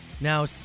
Now